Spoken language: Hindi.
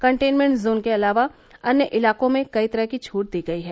कंटेनमेन्ट जोन के अलावा अन्य इलाकों में कई तरह की छूट दी गई हैं